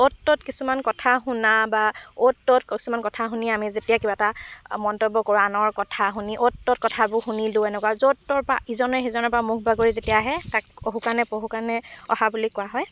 অ'ত ত'ত কিছুমান কথা শুনা বা অ'ত ত'ত কিছুমান কথা শুনি আমি যেতিয়া কিবা এটা মন্তব্য কৰোঁ আনৰ কথা শুনি অ'ত ত'ত কথাবোৰ শুনিলোঁ এনেকুৱা য'ত ত'ৰ পৰা ইজনে সিজনৰ পৰা মুখ বাগৰি যেতিয়া আহে তাকে অহু কাণে পহু কাণে অহা বুলি কোৱা হয়